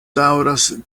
daŭras